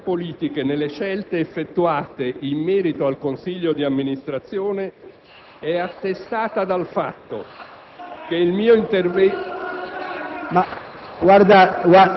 L'assenza di finalità politica nelle scelte effettuate in merito al Consiglio di amministrazione è attestata dal fatto che il mio intervento...